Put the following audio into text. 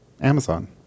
Amazon